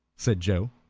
said joe.